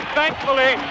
thankfully